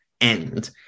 end